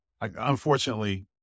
Unfortunately